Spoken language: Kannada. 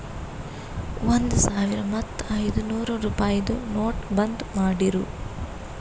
ಒಂದ್ ಸಾವಿರ ಮತ್ತ ಐಯ್ದನೂರ್ ರುಪಾಯಿದು ನೋಟ್ ಬಂದ್ ಮಾಡಿರೂ